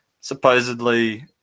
supposedly